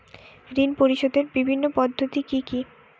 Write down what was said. ঋণ পরিশোধের বিভিন্ন পদ্ধতি কি কি?